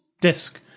disc